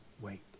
wait